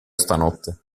stanotte